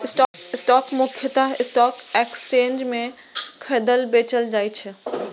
stock मुख्यतः stock exchange मे खरीदल, बेचल जाइ छै